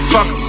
Fuck